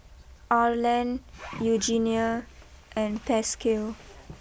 Arland Eugenia and Pasquale